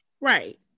right